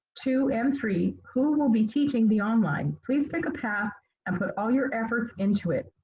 two and three, who will be teaching the online? please pick a path and put all your effort into it.